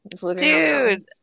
dude